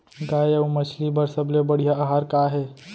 गाय अऊ मछली बर सबले बढ़िया आहार का हे?